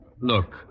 Look